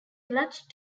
clutched